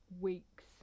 weeks